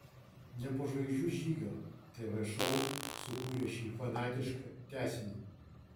ne po žvaigždžių žygio tv šou sukūrė šį fanatišką tęsinį